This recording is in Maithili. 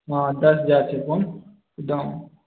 हँ दश हजार छै फोन एकदम